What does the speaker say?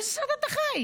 באיזה סרט אתה חי?